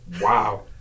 wow